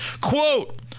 quote